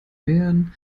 bären